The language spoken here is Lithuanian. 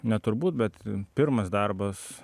ne turbūt bet pirmas darbas